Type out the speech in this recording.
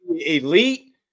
elite